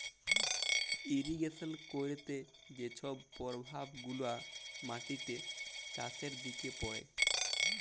irrigation ক্যইরতে যে ছব পরভাব গুলা মাটিতে, চাষের দিকে পড়ে